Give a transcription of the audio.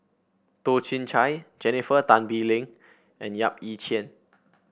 Toh Chin Chye Jennifer Tan Bee Leng and Yap Ee Chian